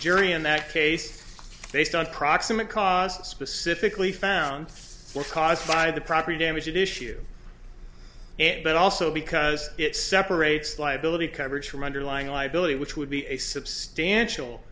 jury in that case based on proximate causes specifically found were caused by the property damage issue but also because it separates liability coverage from underlying liability which would be a substantial